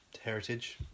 heritage